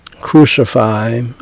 crucify